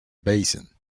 basin